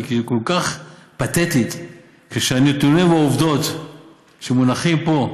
כל כך פתטית כשהנתונים והעובדות מונחים פה,